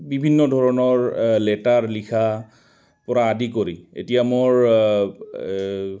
বিভিন্ন ধৰণৰ লেটাৰ লিখাৰপৰা আদি কৰি এতিয়া মোৰ